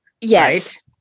Yes